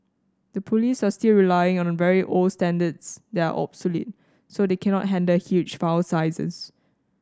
the police are still relying on very old standards that are obsolete so they cannot handle huge file sizes